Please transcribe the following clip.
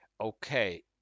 Okay